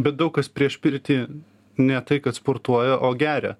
bet daug kas prieš pirtį ne tai kad sportuoja o geria